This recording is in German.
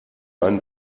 einen